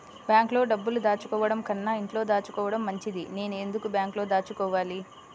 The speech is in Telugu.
బ్యాంక్లో డబ్బులు దాచుకోవటంకన్నా ఇంట్లో దాచుకోవటం మంచిది నేను ఎందుకు బ్యాంక్లో దాచుకోవాలి?